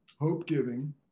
hope-giving